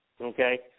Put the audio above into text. Okay